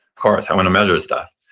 course, i want to measure stuff.